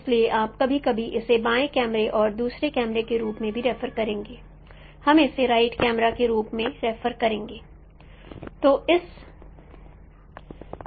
इसलिए आप कभी कभी इसे बाएं कैमरे और दूसरे कैमरे के रूप में भी रेफर करेंगे हम इसे राइट कैमरा के रूप में रेफर करेंगे